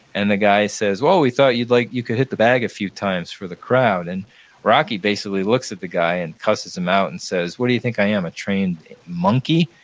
and the guy says, well, we thought like you could hit the bag a few times for the crowd. and rocky basically looks at the guy and cusses him out and says, what do you think i am, a trained monkey?